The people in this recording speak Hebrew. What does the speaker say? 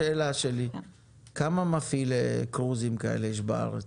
כמה מפעילי קרוזים כאלה יש בארץ?